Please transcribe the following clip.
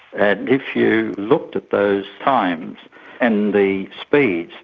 and if you looked at those times and the speeds,